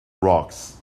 rocks